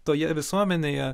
toje visuomenėje